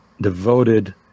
devoted